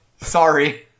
Sorry